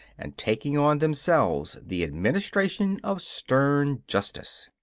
and taking on themselves the administration of stern justice.